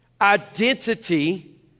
Identity